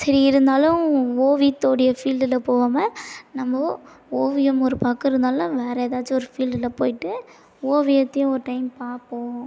சரி இருந்தாலும் ஓவியத்தோடைய ஃபீல்டில் போகாம நம்ம ஓவியம் ஒரு பக்கம் இருந்தாலும் வேற ஏதாச்சும் ஒரு ஃபீல்டில் போய்ட்டு ஓவியத்தையும் ஒரு டைம் பார்ப்போம்